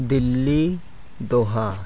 Delhi ᱫᱳᱦᱟ